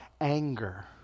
Anger